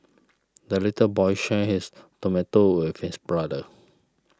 the little boy shared his tomato with his brother